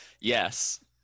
Yes